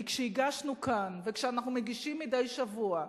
כי כשהגשנו כאן, וכשאנחנו מגישים מדי שבוע,